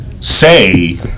say